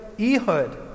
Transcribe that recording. Ehud